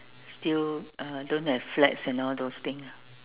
still uh don't have flats and all those things